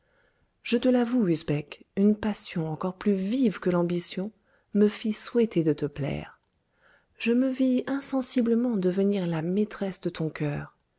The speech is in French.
je te l'avoue usbek une passion encore plus vive que l'ambition me fit souhaiter de te plaire je me vis insensiblement devenir la maîtresse de ton cœur